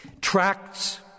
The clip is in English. Tracts